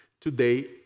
Today